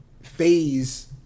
phase